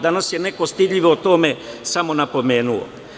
Danas je neko stidljivo to samo napomenuo.